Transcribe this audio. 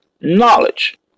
knowledge